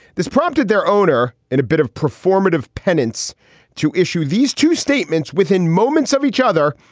this prompted their owner in a bit of performative pennants to issue these two statements within moments of each other.